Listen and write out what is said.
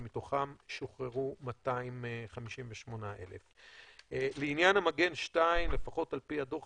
ומתוכם שוחררו 258,000. לעניין המגן 2 לפחות על פי הדוח